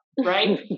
right